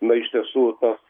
na iš tiesų tas